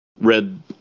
red